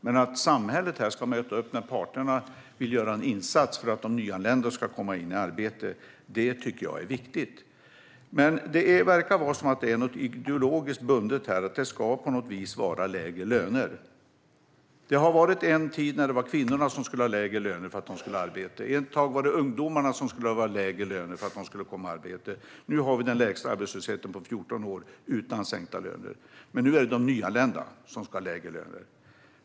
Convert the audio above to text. Men att samhället ska möta upp när parterna vill göra en insats för att de nyanlända ska komma in i arbete tycker jag är viktigt. Det här verkar vara något ideologiskt. Det ska på något vis vara lägre löner. En tid var det kvinnorna som skulle ha lägre löner för att komma i arbete. Ett tag var det ungdomarna som skulle ha lägre löner för att komma i arbete. Nu har vi den lägsta arbetslösheten på 14 år, utan sänkta löner. Men nu är det de nyanlända som ska ha lägre löner.